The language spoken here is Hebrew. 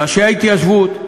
ראשי ההתיישבות.